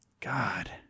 god